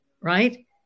right